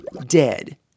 dead